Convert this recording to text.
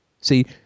See